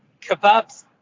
kebabs